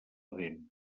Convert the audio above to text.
dent